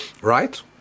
right